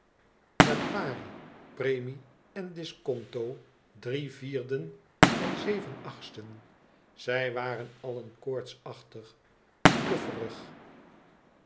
naar pari premie en disconto drie vierden en zevenachtsten zij waren allen koortsachtig blufferig